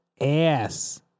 Ass